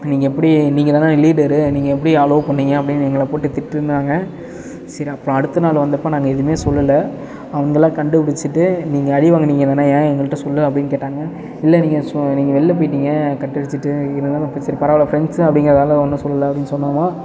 நீங்கள் எப்படி நீங்கள் தானே லீடரு நீங்கள் எப்படி அலோவ் பண்ணீங்க அப்படினு எங்களை போட்டு திட்டுனாங்க சரி அப்புறம் அடுத்த நாள் வந்தப்போ நாங்கள் எதுவுமே சொல்லல அவங்களாம் கண்டுபிடிச்சிட்டு நீங்கள் அடிவாங்குனீங்க தானே ஏன் எங்ககிட்ட சொல்லல அப்படினு கேட்டாங்க இல்லை நீங்கள் சொ நீங்கள் வெளில போயிட்டீங்க கட் அடிச்சுட்டு சரி பரவாயில்ல ஃப்ரண்ட்ஸு அப்படிங்கறதால ஒன்றும் சொல்லல அப்படினு சொன்னோமா